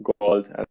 gold